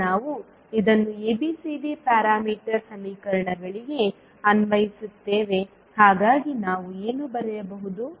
ಈಗ ನಾವು ಇದನ್ನು ABCD ಪ್ಯಾರಾಮೀಟರ್ ಸಮೀಕರಣಗಳಿಗೆ ಅನ್ವಯಿಸುತ್ತೇವೆ ಹಾಗಾಗಿ ನಾವು ಏನು ಬರೆಯಬಹುದು